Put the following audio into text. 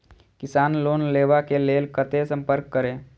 किसान लोन लेवा के लेल कते संपर्क करें?